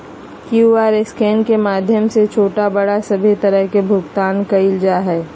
QR scan के माध्यम से छोटा बड़ा सभे तरह के भुगतान कइल जा हइ